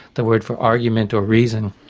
the word for argument or reason.